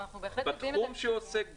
בתחום שהוא עוסק בו.